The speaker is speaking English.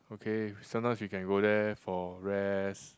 okay sometimes we can go there for rest